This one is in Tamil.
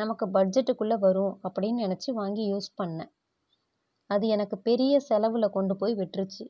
நமக்கு பட்ஜெட்டுக்குள்ளே வரும் அப்படின்னு நெனைச்சி வாங்கி யூஸ் பண்ணேன் அது எனக்கு பெரிய செலவில் கொண்டுபோய் விட்டுடுச்சி